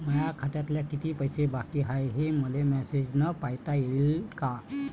माया खात्यात कितीक पैसे बाकी हाय, हे मले मॅसेजन पायता येईन का?